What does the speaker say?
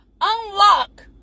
unlock